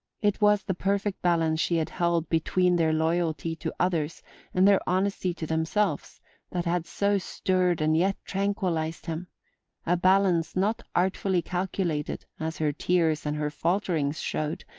it was the perfect balance she had held between their loyalty to others and their honesty to themselves that had so stirred and yet tranquillized him a balance not artfully calculated, as her tears and her falterings showed,